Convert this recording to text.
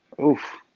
Oof